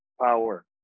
power